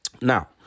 Now